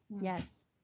Yes